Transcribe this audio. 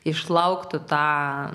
išlauktų tą